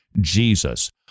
Jesus